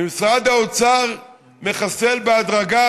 ומשרד האוצר מחסל בהדרגה,